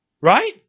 Right